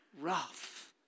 rough